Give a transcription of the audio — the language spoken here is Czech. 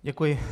Děkuji.